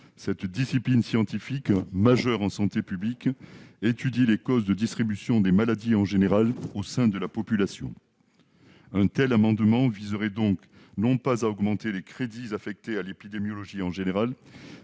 Cette discipline scientifique, majeure en santé publique, étudie les causes de distribution des maladies au sein de la population. Cet amendement vise à augmenter les crédits affectés non pas à l'épidémiologie en général,